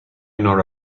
nor